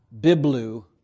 biblu